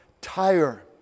tire